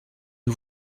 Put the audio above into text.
les